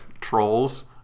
trolls